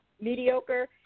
mediocre